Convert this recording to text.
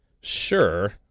Sure